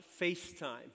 FaceTime